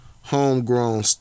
homegrown